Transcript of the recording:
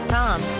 Tom